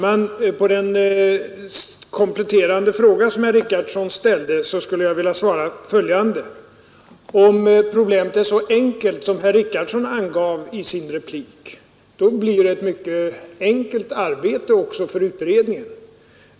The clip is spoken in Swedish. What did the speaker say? Herr talman! På herr Richardsons kompletterande frågor skulle jag vilja svara följande. Om problemet är så enkelt som herr Richardson angav i sitt anförande blir det också ett mycket enkelt arbete för utredningen.